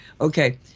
Okay